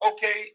Okay